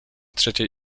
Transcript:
trzeciej